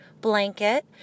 blanket